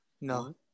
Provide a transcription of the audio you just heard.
No